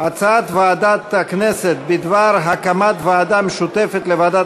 הצעת ועדת הכנסת בדבר הסמכת ועדה משותפת לוועדת